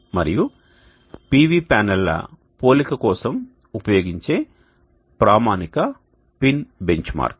మరియు PV ప్యానెల్ల పోలిక కోసం ఉపయోగించే ప్రామాణిక పిన్ బెంచ్మార్క్